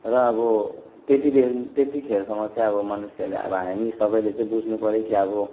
र अब त्यति बे त्यतिखेरसम्म चाहिँ अब मनुष्यहरूले अब हामी सबैले चाहिँ बुझ्नु पर्यो कि अब